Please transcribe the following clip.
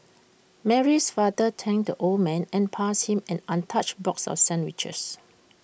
Mary's father thanked the old man and passed him an untouched box of sandwiches